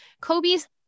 Kobe's